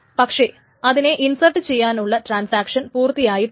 പക്ഷേ അതിനെ ഇൻസേർട്ട് ചെയ്യാനുള്ള ട്രാൻസാക്ഷൻ പൂർത്തിയായിട്ടില്ല